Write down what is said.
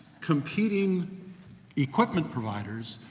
competing equipment providers,